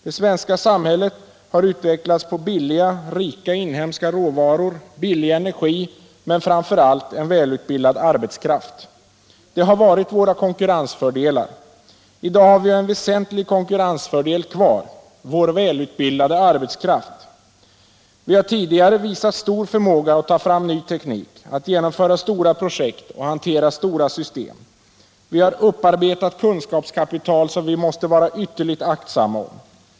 Det svenska samhället har utvecklats på billiga, rika inhemska råvaror, billig energi men framför allt en välutbildad arbetskraft. Det har varit våra konkurrensfördelar. I dag har vi en väsentlig konkurrensfördel kvar: vår välutbildade arbetskraft. Vi har tidigare visat stor förmåga att ta fram ny teknik, att genomföra stora projekt och hantera stora system. Vi har ett upparbetat kunskapskapital, som vi måste vara ytterligt aktsamma om.